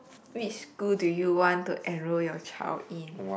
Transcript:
which school do you want to enroll your child in